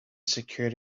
secured